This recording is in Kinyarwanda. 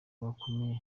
bakomeje